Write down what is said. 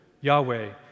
Yahweh